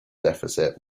deficit